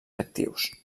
actius